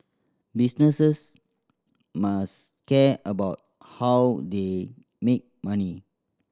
businesses must care about how they make money